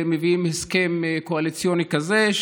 שמביאים הסכם קואליציוני כזה,